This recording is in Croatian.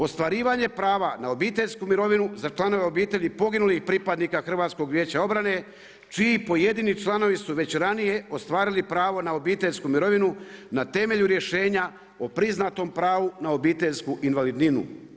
Ostvarivanje prava na obiteljsku mirovinu za članove obitelj i poginulih pripadnika HVO-a čiji pojedini članovi su već ranije ostvarili pravo na obiteljsku mirovinu na temelju rješenja o priznatom pravu na obiteljsku invalidninu.